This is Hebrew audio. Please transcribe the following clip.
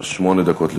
שמונה דקות לרשותך.